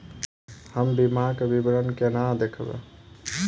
हम बीमाक विवरण कोना देखबै?